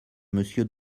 monsieur